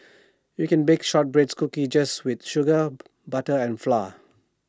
you can bake Shortbread Cookies just with sugar butter and flour